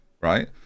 right